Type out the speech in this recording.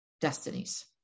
destinies